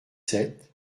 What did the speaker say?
sept